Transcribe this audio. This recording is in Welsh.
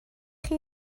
chi